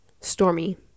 stormy